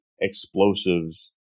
explosives